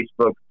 Facebook